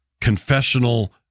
confessional